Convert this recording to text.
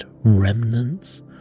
remnants